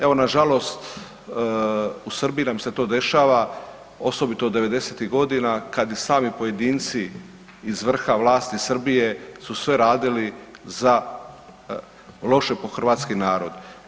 Evo, nažalost u Srbiji nam se to dešava osobito '90.-tih godina kad i sami pojedinci iz vrha vlasti Srbije su sve radili za loše po hrvatski narod.